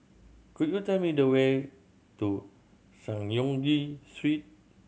could you tell me the way to Synagogue Street